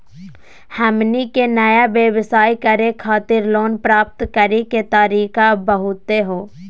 हमनी के नया व्यवसाय करै खातिर लोन प्राप्त करै के तरीका बताहु हो?